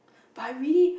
but I really